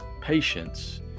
Patience